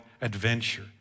adventure